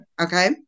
okay